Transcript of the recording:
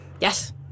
Yes